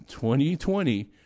2020